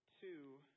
two